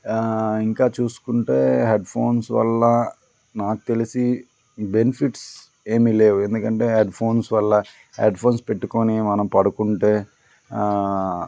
ఇంకా చూసుకుంటే headphones వల్ల నాకు తెలిసి బెనిఫిట్స్ ఏమీ లేవు ఎందుకంటే హెడ్ ఫోన్స్ వల్ల హెడ్ ఫోన్స్ పెట్టుకుని మనం పడుకుంటే